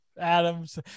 adam's